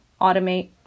automate